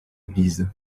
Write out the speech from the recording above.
église